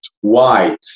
white